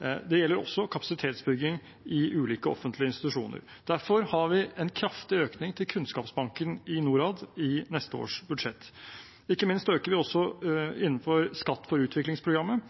Det gjelder også kapasitetsbygging i ulike offentlige institusjoner. Derfor har vi en kraftig økning til Kunnskapsbanken i Norad i neste års budsjett. Ikke minst øker vi innenfor Skatt for